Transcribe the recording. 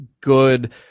good